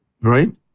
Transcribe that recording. Right